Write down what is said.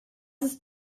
ist